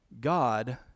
God